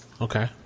Okay